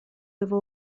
его